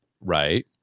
Right